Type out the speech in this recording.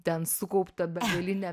ten sukaupta begaline